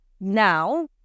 now